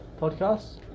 podcast